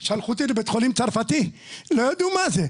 שלחו אותי לבית חולים צרפתי, לא ידעו מה זה.